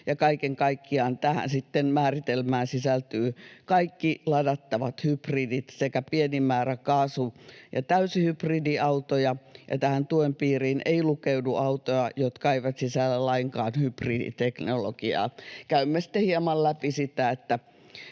Kaiken kaikkiaan tähän määritelmään sisältyvät kaikki ladattavat hybridit sekä pieni määrä kaasu- ja täyshybridiautoja. Tähän tuen piiriin eivät lukeudu autot, jotka eivät sisällä lainkaan hybriditeknologiaa. Käymme sitten hieman läpi sitä,